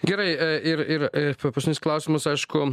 gerai ir ir paskutinis klausimas aišku